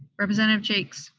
representative jaques?